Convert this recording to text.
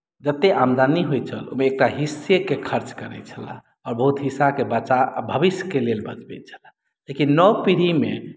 जतेक आमदनी होइत छल ओहिमे एकटा हिस्सेकेँ खर्च करैत छलाह आओर बहुत हिस्साकेँ बचा आ भविष्यके लेल बचबैत छलाह लेकिन नव पीढ़ीमे